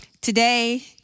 Today